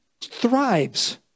thrives